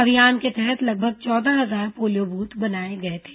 अभियान के तहत लगभग चौदह हजार पोलियो बूथ बनाए गए थे